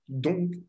Donc